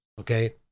Okay